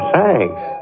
Thanks